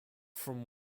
from